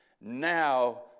Now